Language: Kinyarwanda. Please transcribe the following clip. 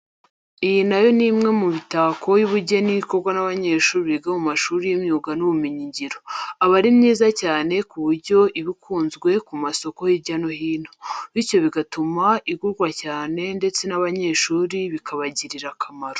Iyi na yo ni imwe mu mitako y'ubugeni ikorwa n'abanyeshuri biga mu mashuri y'imyuga n'ibumenyingiro. Iba ari myiza cyane ku buryo iba ukunzwe ku masoko hirya no hino. Bityo bigatuma igurwa cyane ndetse n'aba banyeshuri bikabagirira akamaro.